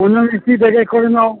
অন্য মিস্ত্রি ডেকে করে নাও